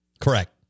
Correct